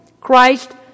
Christ